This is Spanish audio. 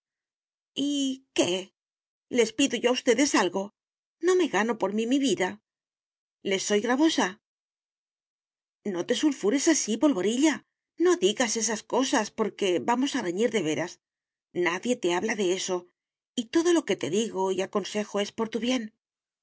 qué les pido yo a ustedes algo no me gano por mí mi vida les soy gravosa no te sulfures así polvorilla ni digas esas cosas porque vamos a reñir de veras nadie te habla de eso y todo lo que te digo y aconsejo es por tu bien